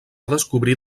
descobrir